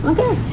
Okay